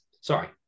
Sorry